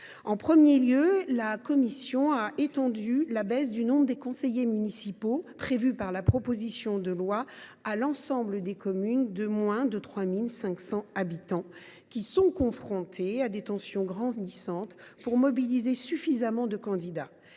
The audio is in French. d’abord, la commission a étendu la baisse du nombre de conseillers municipaux à l’ensemble des communes de moins de 3 500 habitants, qui sont confrontées à des tensions grandissantes pour mobiliser suffisamment de candidats.